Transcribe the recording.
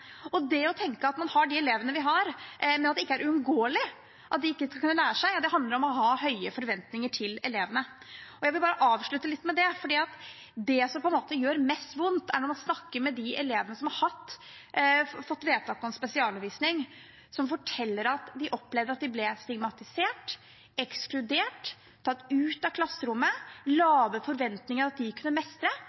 Det å tenke at man har de elevene man har, at det ikke er uunngåelig at de skal kunne lære, handler om å ha høye forventninger til elevene. Jeg vil bare avslutte med det, for det som på en måte gjør mest vondt, er å snakke med de elevene som har fått vedtak om spesialundervisning, som forteller at de opplever at de ble stigmatisert, ekskludert, tatt ut av klasserommet, og at det var lave forventninger til at de kunne mestre.